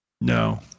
No